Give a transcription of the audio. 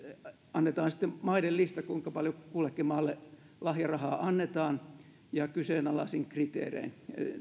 annetaan maiden lista kuinka paljon kullekin maalle lahjarahaa annetaan ja kyseenalaisin kriteerein